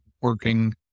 working